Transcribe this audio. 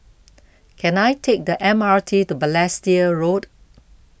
can I take the M R T to Balestier Road